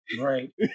right